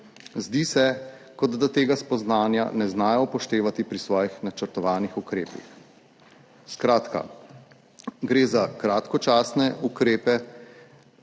(nadaljevanje) tega spoznanja ne znajo upoštevati pri svojih načrtovanih ukrepih. Skratka, gre za kratkočasne ukrepe,